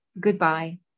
goodbye